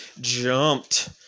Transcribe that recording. jumped